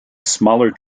smaller